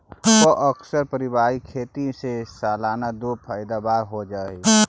प्अक्सर पारिवारिक खेती से सालाना दो पैदावार हो जा हइ